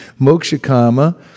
moksha-kama